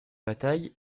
bataille